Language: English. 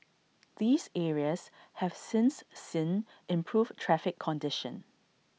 these areas have since seen improved traffic conditions